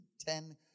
ten